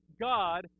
God